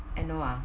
eh no ah